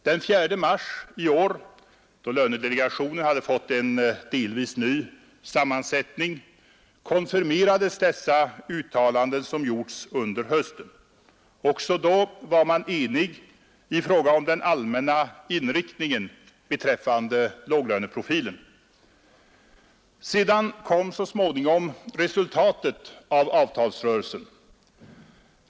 Den 4 mars i år, då lönedelegationen hade fått en delvis ny sammansättning, konfirmerades dessa uttalanden, som gjorts under hösten. Också då var man enig i fråga om den allmänna inriktningen beträffande låglöneprofilen. Sedan kom så småningom resultatet av avtalsrörelsen.